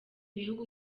bihugu